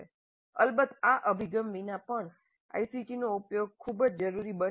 અલબત્ત આ અભિગમ વિના પણ આઇસીટીનો ઉપયોગ ખૂબ જ જરૂરી બની ગયો છે